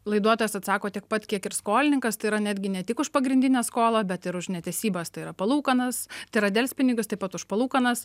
laiduotojas atsako tiek pat kiek ir skolininkas tai yra netgi ne tik už pagrindinę skolą bet ir už netesybas tai yra palūkanas tai yra delspinigius taip pat už palūkanas